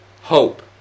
hope